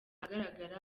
ahagaragara